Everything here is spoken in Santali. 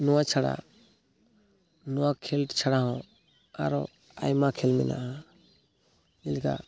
ᱱᱚᱣᱟ ᱪᱷᱟᱲᱟ ᱱᱚᱣᱟ ᱠᱷᱮᱞᱚᱰ ᱪᱷᱟᱲᱟᱦᱚᱸ ᱟᱨᱚ ᱟᱭᱢᱟ ᱠᱷᱮᱞ ᱢᱮᱱᱟᱜᱼᱟ ᱡᱮᱞᱮᱠᱟ